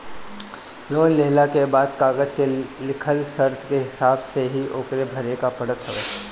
loan लेहला के बाद कागज में लिखल शर्त के हिसाब से ही ओके भरे के पड़त हवे